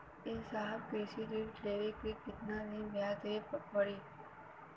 ए साहब कृषि ऋण लेहले पर कितना ब्याज देवे पणी?